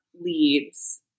leads